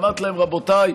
אמרתי להם: רבותיי,